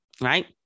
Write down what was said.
right